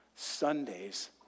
Sunday's